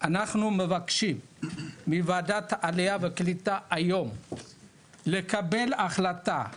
אנחנו מבקשים מוועדת העלייה והקליטה היום לקבל החלטה,